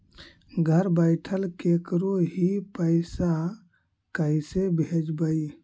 घर बैठल केकरो ही पैसा कैसे भेजबइ?